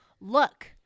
Look